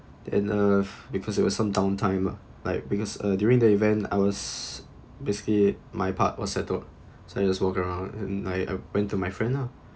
and uh because there was some downtime like because uh during the event I was basically my part was settled so I just walk around and I I went to my friend lah